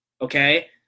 Okay